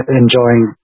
enjoying